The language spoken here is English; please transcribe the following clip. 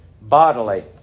bodily